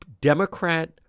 Democrat